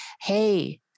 hey